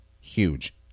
huge